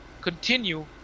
continue